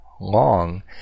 long